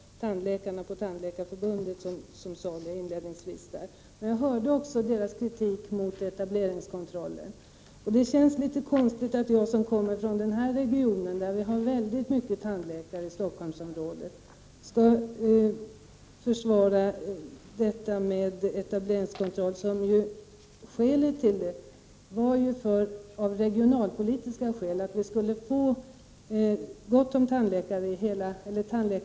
Fru talman! För Sigge Godin vill jag påpeka att det inte var jag som talade om världens bästa tandvård; det var tandläkarna på Tandläkarförbundet som gjorde det. Men jag hörde också dessa tandläkare rikta kritik mot etableringskontrollen. Det känns litet konstigt att jag som kommer från Stockholmsområdet, där det finns väldigt många tandläkare, skall försvara etableringskontrollen. Skälen till att denna kontroll infördes var ju regionalpolitiska — vi skulle med denna få gott om tandläkare i hela landet.